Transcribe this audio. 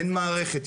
אין מערכת.